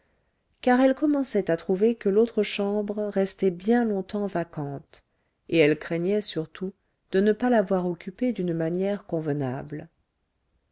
car elle commençait à trouver que l'autre chambre restait bien longtemps vacante et elle craignait surtout de ne pas la voir occupée d'une manière convenable